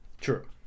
True